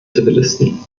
zivilisten